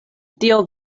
dio